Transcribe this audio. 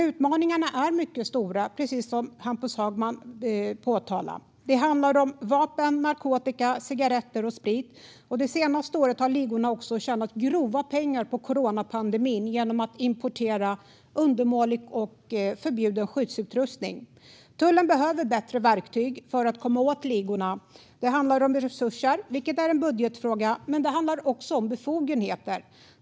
Utmaningarna är dock mycket stora, precis som Hampus Hagman påpekade. Det handlar om vapen, narkotika, cigaretter och sprit. Det senaste året har ligorna också tjänat grova pengar på coronapandemin, genom att importera undermålig och förbjuden skyddsutrustning. Tullen behöver bättre verktyg för att komma åt ligorna. Det handlar om mer resurser, vilket är en budgetfråga. Men det handlar också om befogenheter.